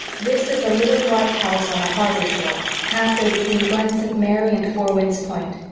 this is a little white house on the harbor shore, half way between glen st. mary and four winds point.